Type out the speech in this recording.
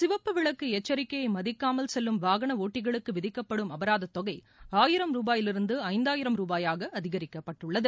சிவப்பு விளக்கு எச்சரிக்கையை மதிக்காமல் செல்லும் வாகனடுட்டிகளுக்கு விதிக்கப்படும் அபராதத்தொகை ஆயிரம் ரூபாயிலிருந்து ஐந்தாயிரம் ரூபாயாக அதிகரிக்கப்பட்டுள்ளது